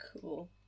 Cool